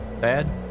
Bad